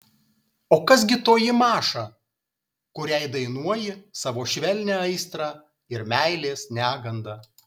o kas gi toji maša kuriai dainuoji savo švelnią aistrą ir meilės negandą